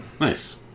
nice